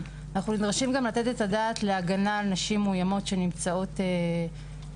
אנחנו נדרשים גם לתת את הדעת להגנה על נשים מאוימות שנמצאות בסיכון.